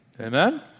Amen